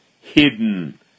hidden